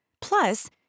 Plus